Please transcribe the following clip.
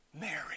Mary